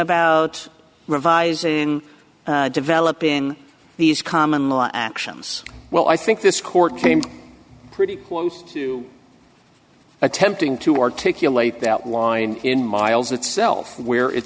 about revising developing these common law actions well i think this court came pretty close to attempting to articulate that line in miles itself where it